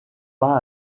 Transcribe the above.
pas